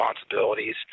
responsibilities